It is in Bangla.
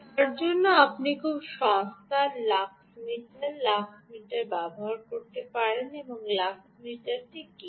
তার জন্য আপনি খুব সস্তা লাক্স মিটার লাক্স মিটার ব্যবহার করেন এবং লাক্স মিটারটি কী